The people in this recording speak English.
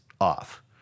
off